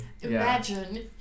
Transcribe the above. Imagine